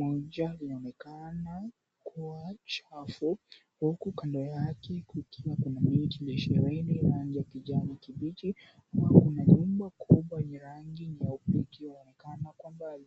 moja, linaonekana kuwa chafu. Huku kando yake, kukiwa kuna miti imesheheni rangi ya kijani kibichi. Nyuma kuna nyumba kubwa yenye nyeupe, ikiwa inaonekana kwa mbali.